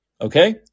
Okay